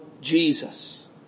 Jesus